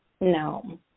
no